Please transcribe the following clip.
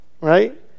Right